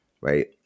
right